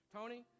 Tony